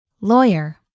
Lawyer